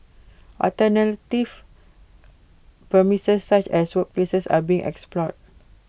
alternative premises such as workplaces are being explored